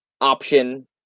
option